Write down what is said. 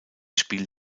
spiel